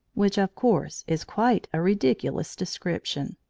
which, of course, is quite a ridiculous description.